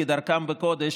כדרכם בקודש,